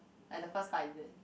at the first time is it